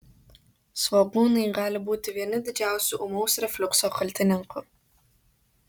svogūnai gali būti vieni didžiausių ūmaus refliukso kaltininkų